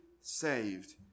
saved